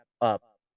up